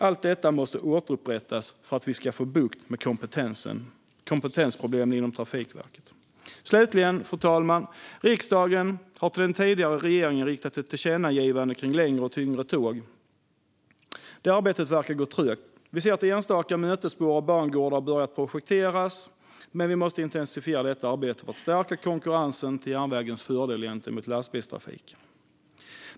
Allt detta måste återupprättas för att vi ska få bukt med kompetensproblemen inom Trafikverket. Fru talman! Riksdagen har riktat ett tillkännagivande till den tidigare regeringen om längre och tyngre tåg. Detta arbete verkar gå trögt. Vi ser att enstaka mötesspår och bangårdar har börjat projekteras, men vi måste intensifiera detta arbete för att stärka konkurrensen till järnvägens fördel gentemot lastbilstrafiken.